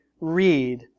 read